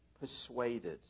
persuaded